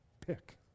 Pick